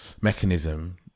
mechanism